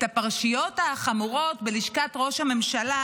את הפרשיות החמורות בלשכת ראש הממשלה,